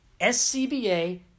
SCBA